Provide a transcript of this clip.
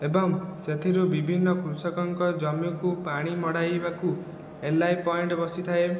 ଏବଂ ସେଥିରୁ ବିଭିନ୍ନ କୃଷକଙ୍କ ଜମିକୁ ପାଣି ମଡ଼ାଇବାକୁ ଏଲଆଇ ପଏଣ୍ଟ ବସିଥାଏ